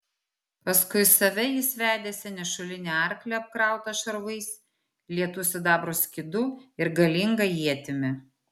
paskui save jis vedėsi nešulinį arklį apkrautą šarvais lietu sidabro skydu ir galinga ietimi